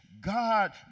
God